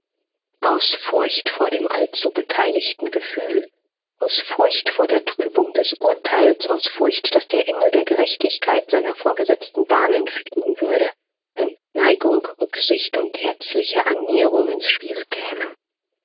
aus furcht vor dem allzu beteiligten gefühl aus furcht vor der trübung des urteils aus furcht daß der engel der gerechtigkeit seiner vorgesetzten bahn entfliehen würde wenn neigung rücksicht und herzliche annäherung ins spiel kämen